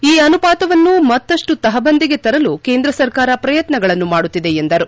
ಈ ಅನುಪಾತವನ್ನು ಮತ್ತಷ್ನು ತಹಬಂದಿಗೆ ತರಲು ಕೇಂದ್ರ ಸರ್ಕಾರ ಪ್ರಯತ್ನಗಳನ್ನು ಮಾಡುತ್ತಿದೆ ಎಂದರು